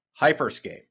Hyperscape